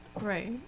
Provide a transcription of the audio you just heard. Right